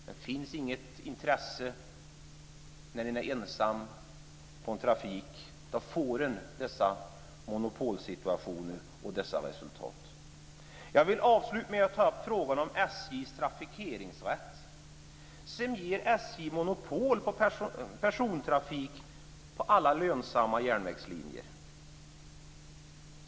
Det finns inget intresse när man är ensam om trafik. Då får man dessa monopolsituationer och dessa resultat. Jag vill avsluta med att ta upp frågan om SJ:s trafikeringsrätt, som ger SJ monopol på persontrafik på alla lönsamma järnvägslinjer.